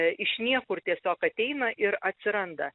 iš niekur tiesiog ateina ir atsiranda